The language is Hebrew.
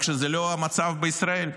רק שזה לא המצב בישראל.